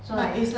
so like